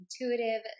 intuitive